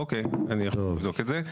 אוקיי, אני אבדוק את זה.